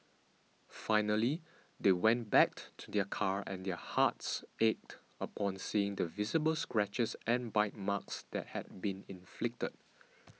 finally they went back to their car and their hearts ached upon seeing the visible scratches and bite marks that had been inflicted